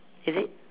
is it